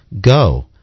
go